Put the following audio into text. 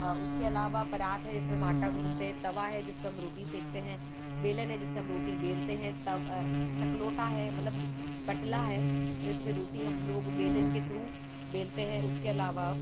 उसके अलावा परात है जिसमें हम आटा गूँथते हैं तवा है जिसपे हम रोटी सेंकते हैं बेलन है जिससे हम रोटी बेलते हैं तव चकलोटा है मतलब पटला है जिसपे रोटी हम लोग बेलन के थ्रू बेलते हैं उसके अलावा